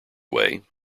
way